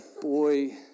boy